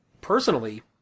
personally